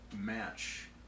match